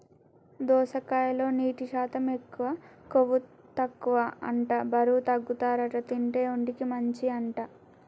దోసకాయలో నీటి శాతం ఎక్కువ, కొవ్వు తక్కువ అంట బరువు తగ్గుతారట తింటే, ఒంటికి మంచి అంట